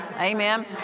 Amen